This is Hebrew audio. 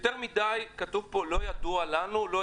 יותר מדי פעמים כתוב כאן "לא ידוע לנו".